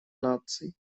наций